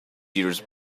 years